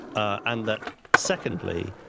and that secondly,